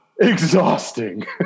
Exhausting